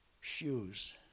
shoes